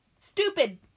Stupid